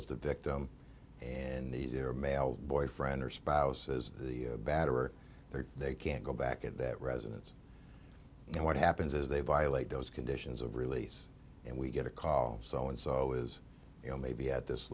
females the victim and media are male boyfriend or spouses the batterer there they can't go back at that residence and what happens is they violate those conditions of release and we get a call so and so is you know maybe at this